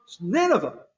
Nineveh